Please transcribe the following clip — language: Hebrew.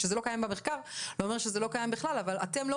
זה שזה לא קיים במחקר ושזה לא קיים בכלל אבל אתם לא